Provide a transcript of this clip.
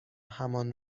همان